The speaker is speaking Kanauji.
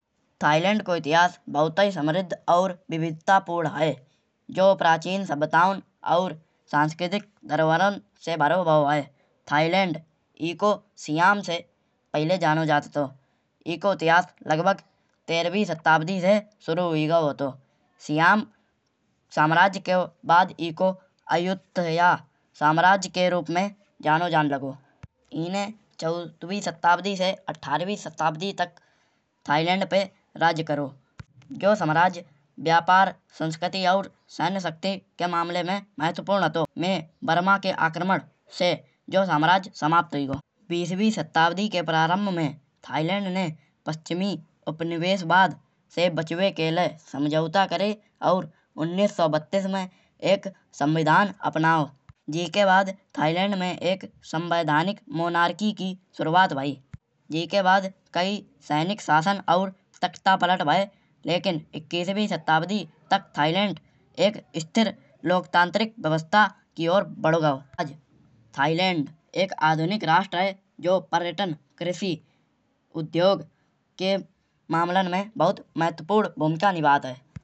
थाईलैंड को इतिहास बहुतहि समृद्ध और विविधतापूर्ण है। जऊँ प्राचीन सभ्यतौ और सांस्कृतिक ध्रावण से भऱौ भाव है। थाईलैंड ईको सीयम से पहले जानौ जात हतो। ईको इतिहास लगभग तेहरवी सत्ताब्दी से शुरू हुई गओ हतो। सीयम साम्राज्य के बाद ईको अयोध्या साम्राज्य के रूप में जानौ जान लगो। ईन्हे चौदवी सत्ताब्दी से अठारवी सत्ताब्दी तक थाईलैंड पे राज्य करौ। जऊँ साम्राज्य व्यापार समृद्धि और सैन्य शक्ति के मामले में महत्वपूर्ण हतो। मेबर्मा के आक्रमण से जऊँ साम्राज्य समाप्त हुई गओ। बीसवी सत्ताब्दी के प्रारंभ में थाईलैंड ने पाश्चमी उपनिवेशवाद से बचावै के लये समझौता करै। औऱ उन्नीस सौ बत्तीस में एक संविधान अपनाओ। जेके बाद थाईलैंड में एक संवैधानिक मन्आर्ची की शुरुआत भयी। जेके बाद कई सैन्य शासन और तख्ता पलट भये। लेकीन इक्कीसवी सत्ताब्दी तक थाईलैंड एक स्थिर लोकतांत्रिक व्यवस्था की ओर बढ़ गओ। थाईलैंड एक आधुनिक राष्ट्र है। जौ पर्यटन, कृषि, उद्योग के मामलान में बहुत महत्वपूर्ण भूमिका निभात है।